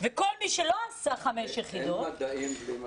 וכל מי שלא נבחן בחמש יחידות --- אין מדעים בלי מתמטיקה.